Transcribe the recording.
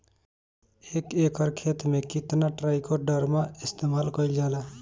एक एकड़ खेत में कितना ट्राइकोडर्मा इस्तेमाल कईल जाला?